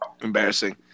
embarrassing